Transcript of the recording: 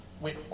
Wait